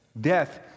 death